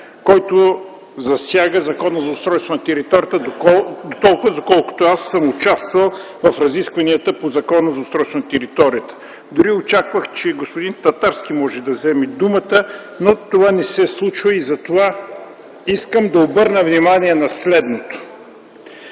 който засяга Закона за устройство на територията дотолкова, доколкото аз съм участвал по разискванията на Закона за устройство на територията. Дори очаквах, че господин Татарски може да вземе думата, но това не се случва и затова искам да обърна внимание на следното.